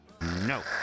No